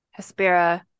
Hespera